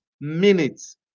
minutes